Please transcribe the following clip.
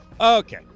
okay